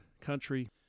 country